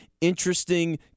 interesting